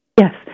Yes